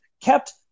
kept